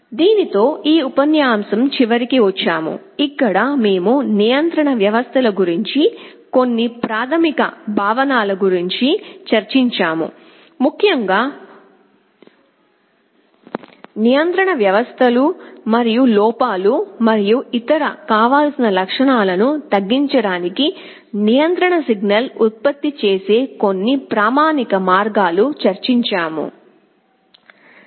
దీనితో మేము ఈ ఉపన్యాసం చివరికి వచ్చాము ఇక్కడ మేము నియంత్రణ వ్యవస్థల గురించి కొన్ని ప్రాథమిక భావనలను చర్చించాము ముఖ్యంగా నియంత్రణ వ్యవస్థలు మరియు లోపాలు మరియు ఇతర కావాల్సిన లక్షణాలను తగ్గించడానికి నియంత్రణ సిగ్నల్ను ఉత్పత్తి చేసే కొన్ని ప్రామాణిక మార్గాలు చర్చించాము Thank you